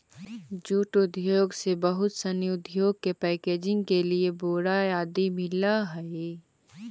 jute उद्योग से बहुत सनी उद्योग के पैकेजिंग के लिए बोरा आदि मिलऽ हइ